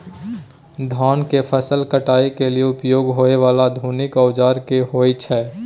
धान के फसल काटय के लिए उपयोग होय वाला आधुनिक औजार की होय छै?